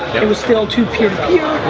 it was still too peer-to-peer.